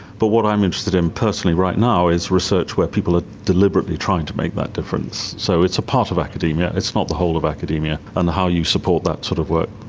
but what i'm interested in personally right now is research where people are deliberately trying to make that difference. so it's a part of academia, it's not the whole of academia, and how you support that sort of work.